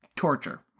Torture